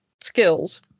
skills